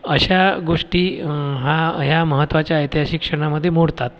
अशा गोष्टी हा ह्या महत्वाच्या आहेत त्या शिक्षणामध्ये मोडतात